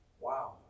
wow